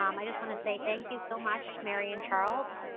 um i just wanna say thank you so much, mary and charles.